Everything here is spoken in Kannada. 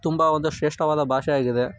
ತುಂಬ ಒಂದು ಶ್ರೇಷ್ಠವಾದ ಭಾಷೆಯಾಗಿದೆ